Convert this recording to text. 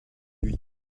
lui